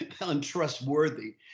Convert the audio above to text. untrustworthy